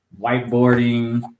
whiteboarding